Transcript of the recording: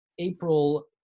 April